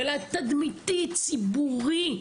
אלא נזק תדמיתי ציבורי.